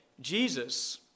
Jesus